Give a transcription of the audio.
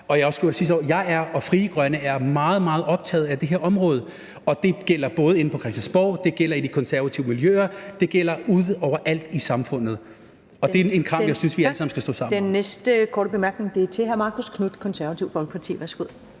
år. Jeg og Frie Grønne er meget, meget optaget af det her område, og det gælder både inde på Christiansborg og i de konservative miljøer, og det gælder over alt i samfundet. Og det er en kamp, som jeg synes vi alle sammen skal stå sammen om.